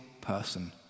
person